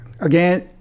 again